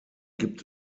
gibt